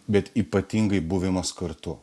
bet ypatingai buvimas kartu